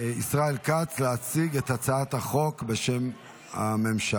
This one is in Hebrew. ישראל כץ להציג את הצעת החוק בשם הממשלה.